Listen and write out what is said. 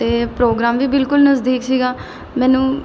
ਅਤੇ ਪ੍ਰੋਗਰਾਮ ਵੀ ਬਿਲਕੁਲ ਨਜ਼ਦੀਕ ਸੀਗਾ ਮੈਨੂੰ